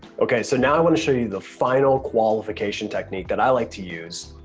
okay, so now i wanna show you the final qualification technique that i like to use,